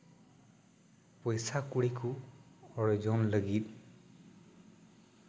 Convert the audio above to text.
ᱯᱚᱭᱥᱟ ᱠᱩᱲᱤ ᱠᱚ ᱚᱨᱡᱚᱱ ᱡᱚᱝ ᱞᱟᱹᱜᱤᱫ